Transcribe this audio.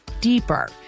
deeper